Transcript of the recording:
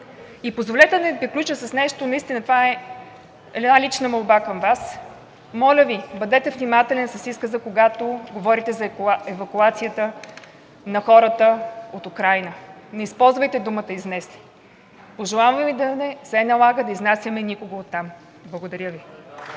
Позволете да приключа с нещо, това е една лична молба към Вас: моля Ви, бъдете внимателен с изказа, когато говорите за евакуацията на хората от Украйна – не използвайте думата „изнесен“. Пожелаваме Ви да не се налага да изнасяме никого оттам! Благодаря Ви.